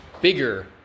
Bigger